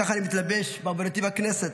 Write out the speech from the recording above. כך אני מתלבש בעבודתי בכנסת,